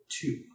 two